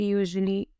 usually